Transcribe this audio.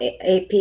ap